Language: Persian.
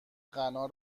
غنا